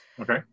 Okay